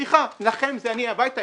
סליחה, לכם זה אלי הביתה?